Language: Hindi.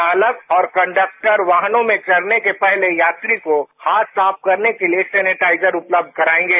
चालक और कंडक्टर वाहनों में चढ़ने से पहले यात्री को हाथ साफ कराने के लिए सैनेटाइजर उपलब्ध कराएंगे